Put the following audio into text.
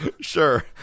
Sure